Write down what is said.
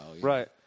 Right